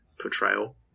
portrayal